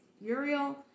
Uriel